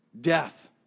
death